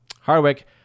Hardwick